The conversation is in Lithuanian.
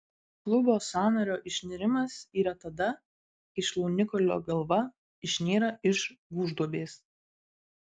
klubo sąnario išnirimas yra tada kai šlaunikaulio galva išnyra iš gūžduobės